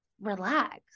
relax